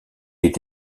est